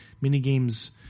mini-games